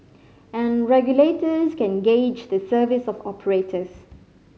and regulators can gauge the service of operators